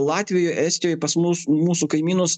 latvijoj estijoj pas mus mūsų kaimynus